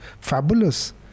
Fabulous